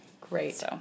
Great